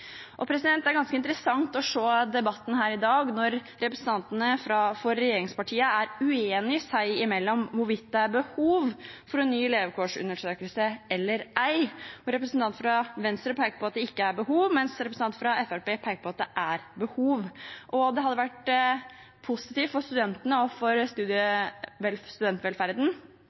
Det er ganske interessant å se debatten her i dag, at representantene for regjeringspartiene er uenige seg imellom om hvorvidt det er behov for en ny levekårsundersøkelse eller ei. Representanten fra Venstre peker på at det ikke er behov, mens representanten fra Fremskrittspartiet peker på at det er behov. Det hadde vært positivt for studentene og for studentvelferden